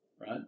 right